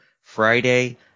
Friday